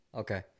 Okay